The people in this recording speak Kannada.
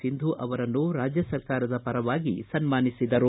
ಸಿಂಧು ಅವರನ್ನು ರಾಜ್ಯ ಸರ್ಕಾರದ ಪರವಾಗಿ ಸನ್ನಾನಿಸಿದರು